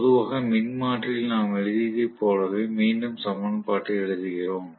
பொதுவாக மின்மாற்றியில் நாம் எழுதியதைப் போலவே மீண்டும் சமன்பாட்டை எழுதுகிறோம்